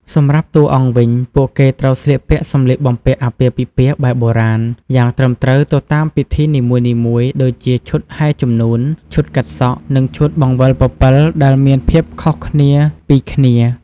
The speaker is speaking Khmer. សម្រាប់តួអង្គវិញ ពួកគេត្រូវស្លៀកពាក់ សម្លៀកបំពាក់អាពាហ៍ពិពាហ៍បែបបុរាណ យ៉ាងត្រឹមត្រូវទៅតាមពិធីនីមួយៗ ដូចជាឈុតហែរជំនូន ឈុតកាត់សក់ និងឈុតបង្វិលពពិល ដែលមានភាពខុសគ្នាពីគ្នា។